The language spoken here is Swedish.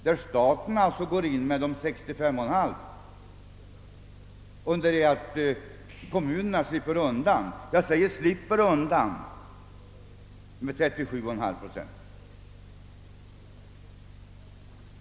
att staten går in med 62,5 procent och kommunerna slipper undan — jag säger slipper undan — med 37,5 procent.